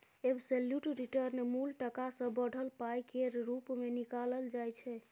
absolute return मुल टका सँ बढ़ल पाइ केर रुप मे निकालल जाइ छै